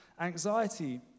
Anxiety